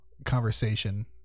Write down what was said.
Conversation